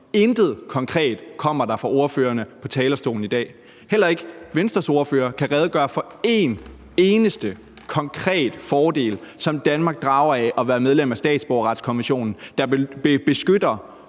Intet konkret kommer der fra ordførerne på talerstolen i dag. Heller ikke Venstres ordfører kan redegøre for en eneste konkret fordel, som Danmark drager af at være medlem af statsborgerretskonventionen, der beskytter